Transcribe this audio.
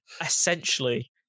essentially